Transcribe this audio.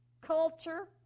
culture